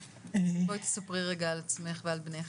בואי תספרי רגע על עצמך ועל בנך.